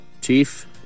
Chief